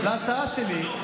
להצעה שלי,